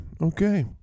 okay